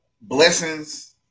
blessings